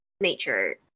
nature